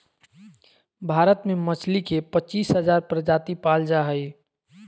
भारत में मछली के पच्चीस हजार प्रजाति पाल जा हइ